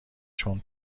چون